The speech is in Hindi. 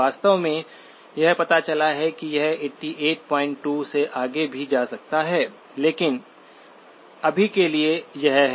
वास्तव में यह पता चला है कि यह 882 से आगे भी जा सकता है लेकिन अभी के लिए यह है